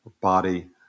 body